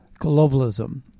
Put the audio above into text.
globalism